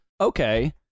Okay